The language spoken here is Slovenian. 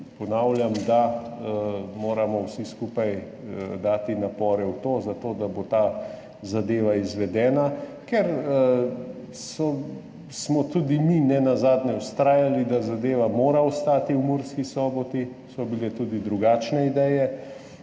ponavljam, da moramo vsi skupaj dati napore v to, da bo ta zadeva izvedena, ker smo tudi mi nenazadnje vztrajali, da zadeva mora ostati v Murski Soboti, bile so tudi drugačne ideje,